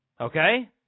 Okay